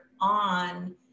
on